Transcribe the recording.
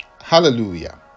hallelujah